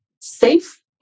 safe